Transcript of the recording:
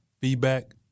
feedback